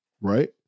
right